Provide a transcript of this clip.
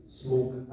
smoke